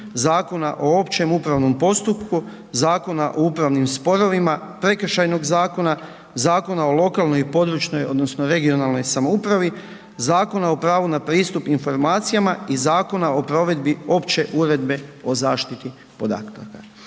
Zakona o općem upravnom postupku, Zakona o upravnim sporovima, Prekršajnog zakona, Zakona o lokalnoj i područnoj (regionalnoj) samoupravi, Zakona o pravu na pristup informacijama i Zakona o provedbi Opće uredbe o zaštiti podataka.